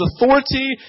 authority